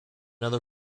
other